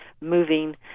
moving